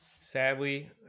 Sadly